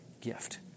gift